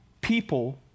people